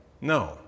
No